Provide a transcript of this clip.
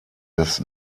des